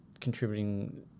contributing